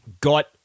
got